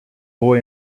boy